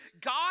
God